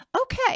okay